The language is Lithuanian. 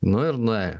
nu ir nuėjo